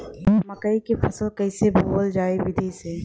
मकई क फसल कईसे बोवल जाई विधि से?